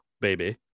baby